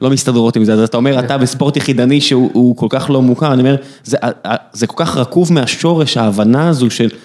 לא מסתדרות עם זה, אז אתה אומר, אתה בספורט יחידני שהוא כל כך לא מוכר, אני אומר, זה כל כך רקוב מהשורש ההבנה הזו של...